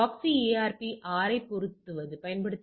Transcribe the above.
மீண்டும் ஒரு எளிய வினாவினைப் பார்ப்போம்